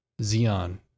Xeon